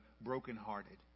brokenhearted